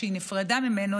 כשהיא נפרדה ממנו,